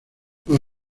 los